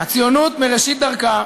הציונות מראשית דרכה